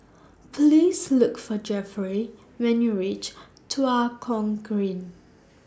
Please Look For Jeffrey when YOU REACH Tua Kong Green